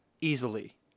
easily